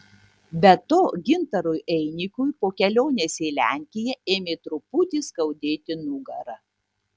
be to gintarui einikiui po kelionės į lenkiją ėmė truputį skaudėti nugarą